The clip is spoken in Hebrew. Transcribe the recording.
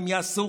והם יעשו,